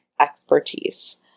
expertise